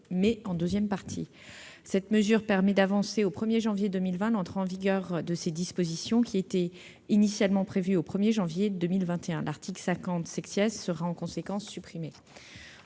placé en deuxième partie. Cette mesure permettra d'avancer au 1 janvier 2020 l'entrée en vigueur de ces dispositions, initialement prévue au 1er janvier 2021. L'article 50 sera, en conséquence, supprimé.